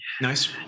Nice